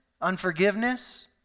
unforgiveness